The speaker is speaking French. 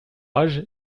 âge